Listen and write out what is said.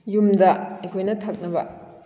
ꯌꯨꯝꯗ ꯑꯩꯈꯣꯏꯅ ꯊꯛꯅꯕ